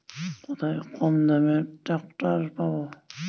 কোথায় কমদামে ট্রাকটার পাব?